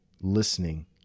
listening